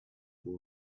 boy